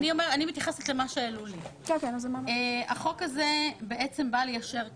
החוק הזה בא ליישר קו.